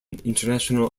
international